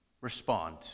respond